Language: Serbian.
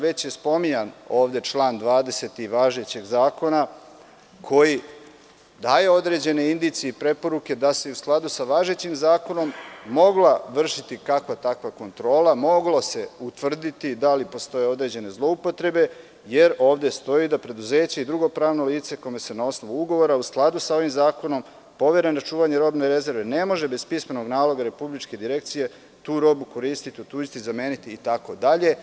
Već je spominjan član 20. važećeg zakona, koji daje određene indicije i preporuke da se i u skladu sa važećim zakonom mogla vršiti kakva–takva kontrola, moglo se utvrditi da li postoje određene zloupotrebe, jer ovde stoji da preduzeće i drugo pravno lice, kome se na osnovu ugovora u skladu sa ovim zakonom povere na čuvanje robne rezerve, ne može bez pismenog naloga Republičke direkcije tu robu koristiti, otuđiti, zameniti itd.